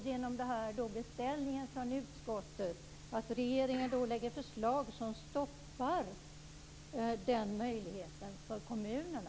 Genom beställningen från utskottet lägger regeringen fram förslag som stoppar den möjligheten för kommunerna.